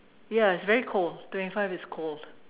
ya it's very cold twenty five is cold